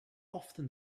often